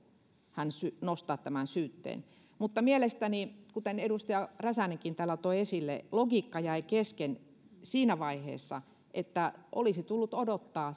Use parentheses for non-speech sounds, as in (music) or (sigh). hän nostaa tämän syytteen mutta mielestäni kuten edustaja räsänenkin täällä toi esille logiikka jäi kesken siinä vaiheessa kun olisi tullut odottaa (unintelligible)